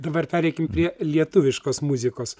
dabar pereikim prie lietuviškos muzikos